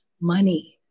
money